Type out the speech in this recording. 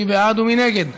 מי בעד ומי נגד?